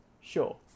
sure